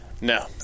No